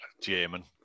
German